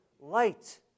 light